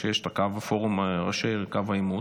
פורום ראשי קו העימות.